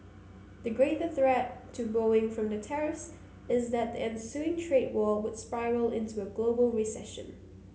the greater threat to Boeing from the tariffs is that ensuing trade war were spiral into a global recession